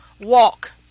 walk